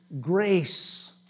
grace